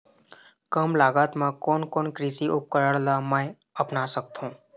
कम लागत मा कोन कोन कृषि उपकरण ला मैं अपना सकथो?